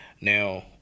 Now